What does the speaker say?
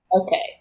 Okay